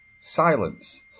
silence